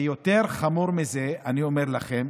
ויותר חמור מזה, אני אומר לכם,